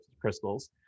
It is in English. crystals